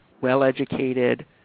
well-educated